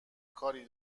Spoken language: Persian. کاری